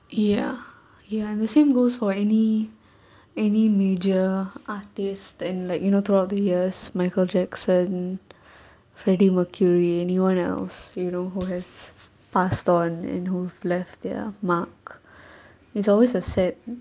ya ya and the same goes for any any major artist and like you know throughout the years michael jackson freddie mercury anyone else you know who has passed on and who've left their mark is always a sad